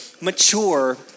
mature